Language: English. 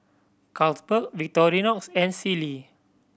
Carlsberg Victorinox and Sealy